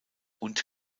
und